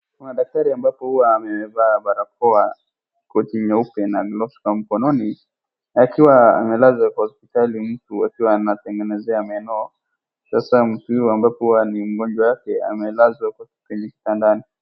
Kuna daktari ambapo huwa amevaa barakoa, koti nyeupe na golves kwa mkononi akiwa amelaza kwa hospitali mtu akiwa anatengenezea meno. Sasa mtu huyu ambapo huwa ni mgonjwa wake amelazwa kwenye kitandani.